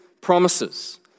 promises